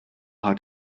how